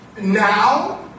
Now